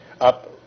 up